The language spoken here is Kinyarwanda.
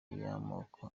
y’amoko